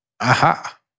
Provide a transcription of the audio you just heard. Aha